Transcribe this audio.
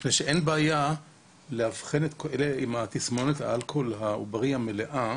מפני שאין בעיה לאבחן את אלה עם תסמונת האלכוהול העוברי המלאה